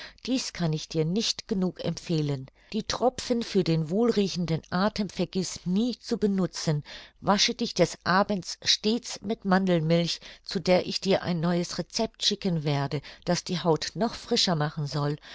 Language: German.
dies kann ich dir nicht genug empfehlen die tropfen für den wohlriechenden athem vergiß nie zu benutzen wasche dich des abends stets mit mandelmilch zu der ich dir ein neues recept schicken werde das die haut noch frischer machen soll